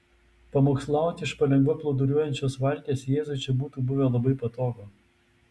pamokslauti iš palengva plūduriuojančios valties jėzui čia būtų buvę labai patogu